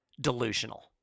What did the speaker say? delusional